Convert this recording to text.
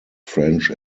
french